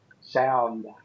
sound